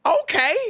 okay